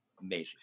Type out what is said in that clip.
Amazing